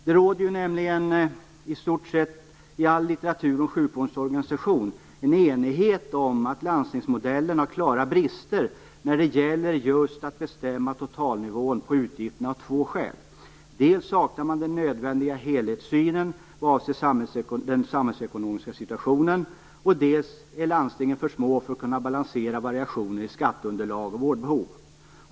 Det råder ju, i stort sett, i all litteratur om sjukvårdens organisation en enighet om att landstingsmodellen av två skäl har klara brister när det gäller att just bestämma totalnivån på utgifterna. Dels saknas den nödvändiga helhetssynen vad avser den samhällsekonomiska situationen. Dels är landstingen för små för att kunna balansera variationer i skatteunderlag och vårdbehov.